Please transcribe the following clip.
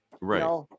right